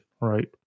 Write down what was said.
right